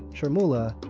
charmoula,